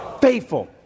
Faithful